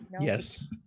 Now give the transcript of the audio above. Yes